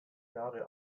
jahre